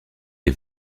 des